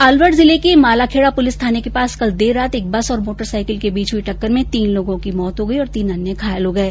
अलवर जिले के मालाखेडा पुलिस थाने के पास कल देर रात एक बस और मोटरसाईकिल के बीच हुई टक्कर में तीन लोगों की मौत हो गई और तीन अन्य घायल हो गये